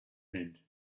wind